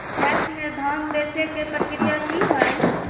PACS में धाम बेचे के प्रक्रिया की हय?